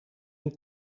een